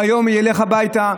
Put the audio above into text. היום הוא ילך הביתה.